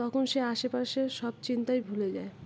তখন সে আশেপাশে সব চিন্তাই ভুলে যায়